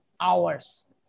hours